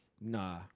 Nah